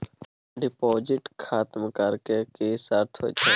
Deposit खतम करे के की सर्त होय छै?